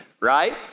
right